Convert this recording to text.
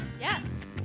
Yes